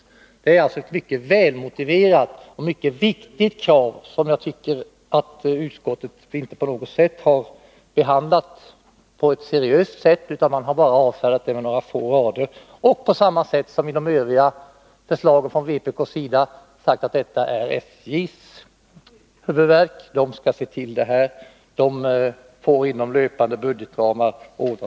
Detta är alltså ett mycket välmotiverat och viktigt krav som jag tycker att utskottet inte behandlat seriöst, utan bara avfärdat med några få rader på samma sätt som övriga förslag från vpk:s sida, i och med att man säger att detta är SJ:s huvudvärk. SJ skall se till att ordna detta inom löpande budgetramar.